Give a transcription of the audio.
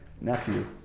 nephew